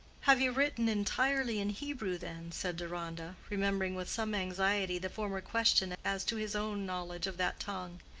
have you written entirely in hebrew, then? said deronda, remembering with some anxiety the former question as to his own knowledge of that tongue.